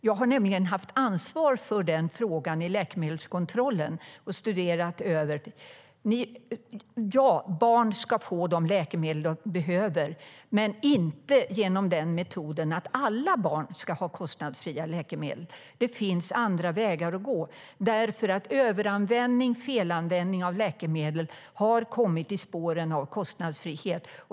Jag har nämligen haft ansvar för den frågan i läkemedelskontrollen och studerat detta. Ja, barn ska få de läkemedel som de behöver men inte genom metoden att alla barn ska ha kostnadsfria läkemedel. Det finns andra vägar att gå. En överanvändning och en felanvändning av läkemedel har nämligen kommit i spåren av kostnadsfrihet.